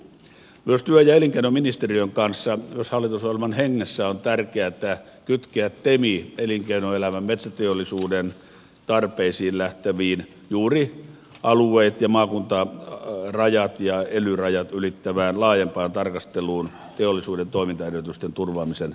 myös työ ja elinkeinoministeriön kanssa hallitusohjelman hengessä on tärkeätä kytkeä tem elinkeinoelämän ja metsäteollisuuden tarpeista lähtevään juuri alueet maakuntarajat ja ely rajat ylittävään laajempaan tarkasteluun teollisuuden toimintaedellytysten turvaamisen näkökulmasta